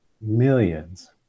millions